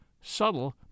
subtle